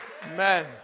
Man